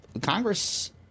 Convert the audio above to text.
Congress